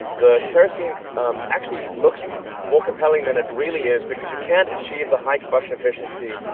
the kerosene actually looks more compelling than it really is because you can't achieve the high combustion efficiency